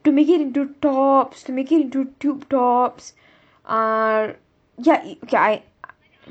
to make it into tops to make it into tube tops uh ya okay I